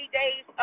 days